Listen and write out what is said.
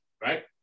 Right